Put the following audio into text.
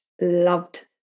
loved